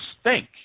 stink